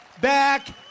back